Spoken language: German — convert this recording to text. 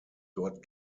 dort